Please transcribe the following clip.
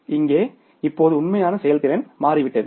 ஆனால் இங்கே இப்போது உண்மையான செயல்திறன் மாறிவிட்டது